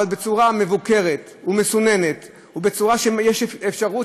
אבל בצורה מבוקרת ומסוננת ובצורה שיש אפשרות,